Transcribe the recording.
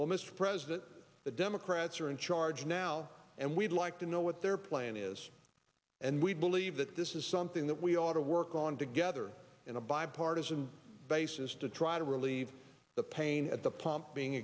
well mr president the democrats are in charge now and we'd like to know what their plan is and we believe that this is something that we ought to work on together in a bipartisan basis to try to relieve the pain at the pump being